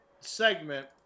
segment